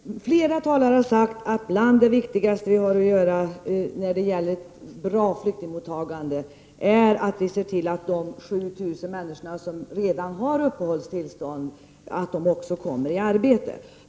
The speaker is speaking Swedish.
Herr talman! Flera talare har sagt att bland det viktigaste vi har att göra när det gäller att åstadkomma ett bra flyktingmottagande är att se till att de 7 000 människor som redan har uppehållstillstånd också kommer i arbete.